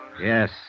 Yes